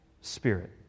Spirit